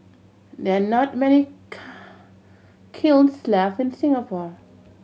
there are not many kilns left in Singapore